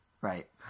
Right